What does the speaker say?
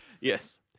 Yes